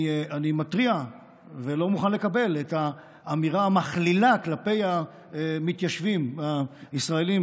אני מתריע ולא מוכן לקבל את האמירה המכלילה כלפי המתיישבים הישראלים